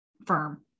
firm